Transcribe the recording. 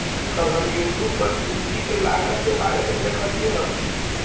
कल हम यूट्यूब पर पूंजी के लागत के बारे में देखालियइ हल